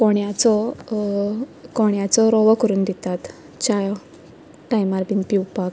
कोण्याचो कोण्याचो रवो करून दितात च्याव टायमार बीन पिवपाक